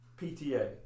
PTA